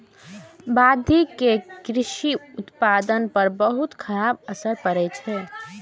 बाढ़ि के कृषि उत्पादन पर बहुत खराब असर पड़ै छै